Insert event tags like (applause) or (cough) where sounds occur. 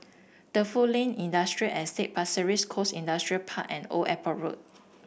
Defu (unintelligible) Industrial Estate Pasir Ris Coast Industrial Park and Old Airport Road